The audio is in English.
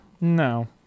No